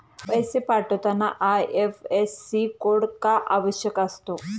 पैसे पाठवताना IFSC code का आवश्यक असतो?